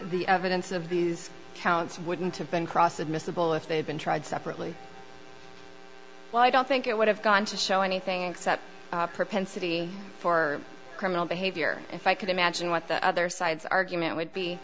the evidence of these counts wouldn't have been cross admissible if they'd been tried separately while i don't think it would have gone to show anything except propensity for criminal behavior if i could imagine what the other side's argument would be